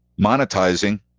monetizing